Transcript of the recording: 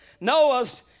noahs